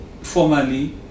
formally